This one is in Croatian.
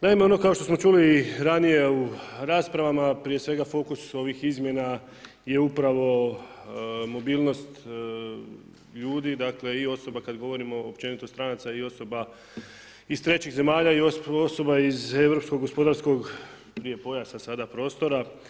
Naime, ono kao što smo čuli i ranije u raspravama, prije svega fokus ovih izmjena je upravo mobilnost ljudi, dakle i osoba kada govorimo općenito stranaca i osoba iz trećih zemalja i osoba iz europskog gospodarskog prije pojasa, sada prostora.